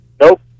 Nope